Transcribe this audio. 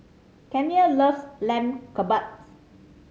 Kenia loves Lamb Kebabs